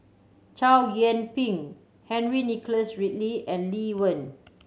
Chow Yian Ping Henry Nicholas Ridley and Lee Wen